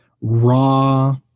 raw